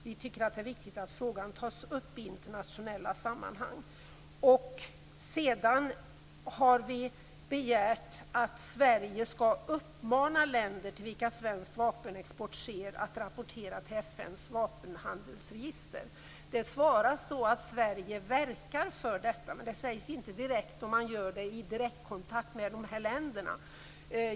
Vi tycker att det är viktigt att frågan tas upp i internationella sammanhang. Sedan har vi begärt att Sverige skall uppmana länder till vilka svensk vapenexport sker att rapportera till FN:s vapenhandelsregister. Det svaras att Sverige verkar för detta, men det sägs inte direkt om man gör det i direktkontakt med de här länderna.